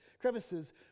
crevices